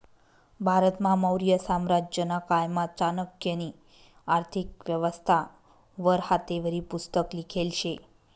भारतमा मौर्य साम्राज्यना कायमा चाणक्यनी आर्थिक व्यवस्था वर हातेवरी पुस्तक लिखेल शे